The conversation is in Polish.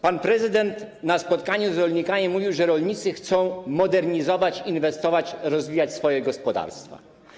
Pan prezydent na spotkaniu z rolnikami mówił, że rolnicy chcą modernizować, inwestować, rozwijać swoje gospodarstwa.